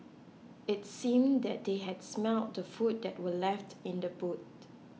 it seemed that they had smelt the food that were left in the boot